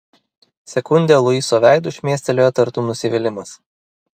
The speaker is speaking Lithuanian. sekundę luiso veidu šmėstelėjo tartum nusivylimas